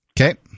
Okay